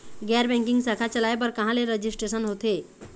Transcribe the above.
गैर बैंकिंग शाखा चलाए बर कहां ले रजिस्ट्रेशन होथे?